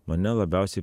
mane labiausiai